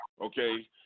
Okay